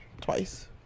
Twice